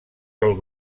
del